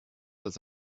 das